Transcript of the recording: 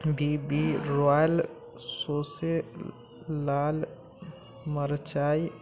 B B Royal सौंसे लाल मरचाइ